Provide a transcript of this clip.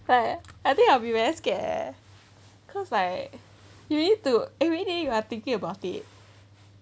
but I think I will be very scared cause like you need to every day you are thinking about it